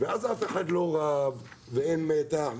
ואז אף אחד לא רב ואין מתח.